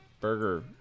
burger